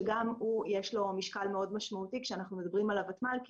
שגם לו יש משקל מאוד משמעותי כשאנחנו מדברים על הוותמ"ל כי